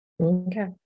Okay